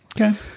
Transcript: Okay